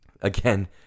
again